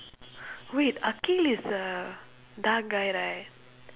wait akhil is a dark guy right